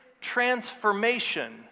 transformation